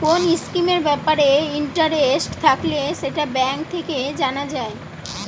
কোন স্কিমের ব্যাপারে ইন্টারেস্ট থাকলে সেটা ব্যাঙ্ক থেকে জানা যায়